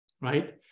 right